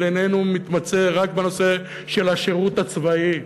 איננו מתמצה רק בנושא של השירות הצבאי,